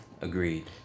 Agreed